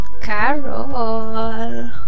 Carol